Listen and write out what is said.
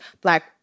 Black